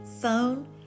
phone